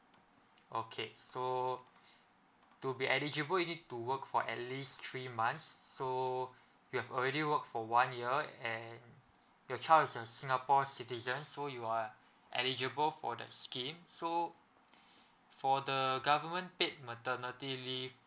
okay so to be eligible you need to work for at least three months so you have already work for one year and your child is a singapore citizens so you are eligible for that scheme so for the government paid maternity leave